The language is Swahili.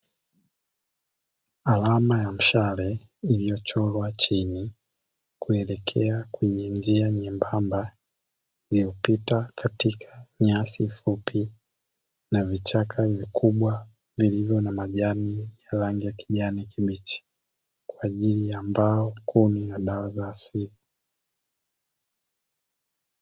Alama ya mshale iliyochorwa chini kuelekea kwenye njia nyembamba, iliyopita katika nyasi fupi na vichaka vikubwa, vilivyo na majani ya rangi ya kijani kibichi, kwa ajili ya mbao, kuni na dawa za asili.